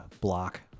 block